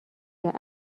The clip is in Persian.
کرد